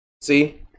See